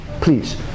Please